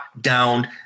down